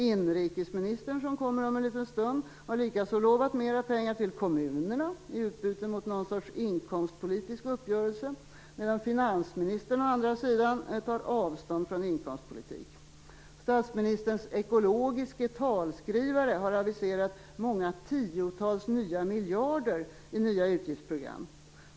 Inrikesministern, som kommer om en liten stund, har likaså lovat mer pengar till kommunerna i utbyte mot någon sorts inkomstpolitisk uppgörelse. Finansministern å andra sidan tar avstånd från inkomstpolitik. Statsministerns ekologiske talskrivare har aviserat många tiotals nya miljarder i nya utgiftsprogram.